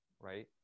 right